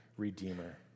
Redeemer